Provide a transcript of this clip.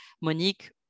Monique